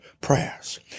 prayers